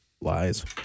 Lies